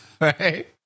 Right